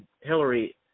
Hillary